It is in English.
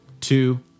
two